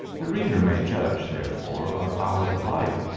the reader may judge, therefore, of our delight,